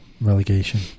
relegation